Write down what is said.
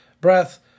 breath